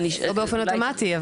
לא באופן אוטומטי.